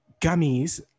gummies